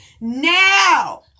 Now